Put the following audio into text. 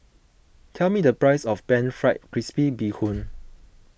tell me the price of Pan Fried Crispy Bee Hoon